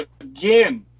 again